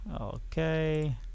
Okay